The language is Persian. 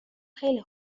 خیلی